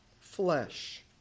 flesh